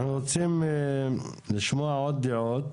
אנחנו רוצים לשמוע עוד דעות